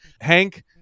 Hank